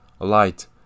alight